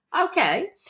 okay